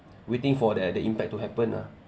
waiting for that the impact to happen lah